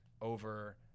over